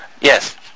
yes